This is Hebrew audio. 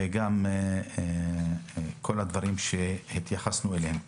וגם לכל הדברים שהתייחסנו אליהם.